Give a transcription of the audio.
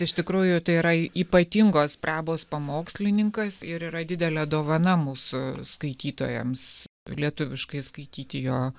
iš tikrųjų tai yra ypatingos prabos pamokslininkas ir yra didelė dovana mūsų skaitytojams lietuviškai skaityti jo